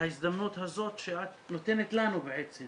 ההזדמנות הזאת שאת נותנת לנו בעצם